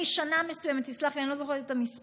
שמשנה מסוימת, תסלח לי, אני לא זוכרת את המספר,